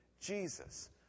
jesus